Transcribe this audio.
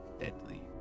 deadly